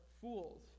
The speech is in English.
fools